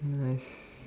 nice